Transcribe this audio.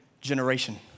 generation